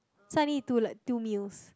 so I need two like two meals